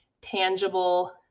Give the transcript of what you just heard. tangible